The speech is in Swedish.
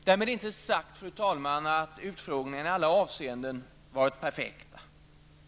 Därmed inte sagt, fru talman, att utfrågningarna i alla avseenden varit perfekta.